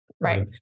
right